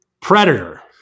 Predator